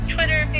Twitter